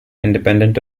independent